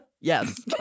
yes